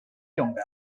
younger